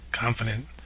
confident